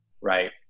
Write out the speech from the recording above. right